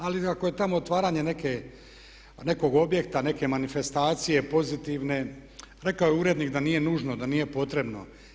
Ali ako je tamo otvaranje nekog objekta, neke manifestacije pozitivne rekao je urednik da nije nužno, da nije potrebno.